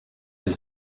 elle